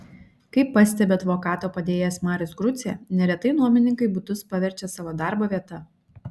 kaip pastebi advokato padėjėjas marius grucė neretai nuomininkai butus paverčia savo darbo vieta